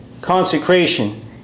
consecration